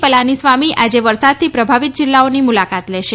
પલાનીસ્વામી આજે વરસાદથી પ્રભાવિત જિલ્લાઓની મુલાકાત લેશે